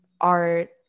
art